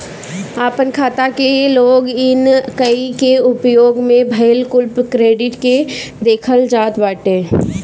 आपन खाता के लॉग इन कई के उपयोग भईल कुल क्रेडिट के देखल जात बाटे